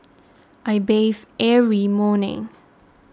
I bathe every morning